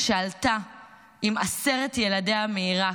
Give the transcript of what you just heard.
עלתה עם עשרת ילדיה מעיראק,